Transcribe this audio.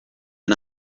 and